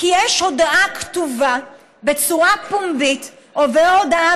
כי יש הודאה כתובה בצורה פומבית והודאה